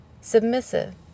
submissive